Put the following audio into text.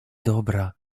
dobra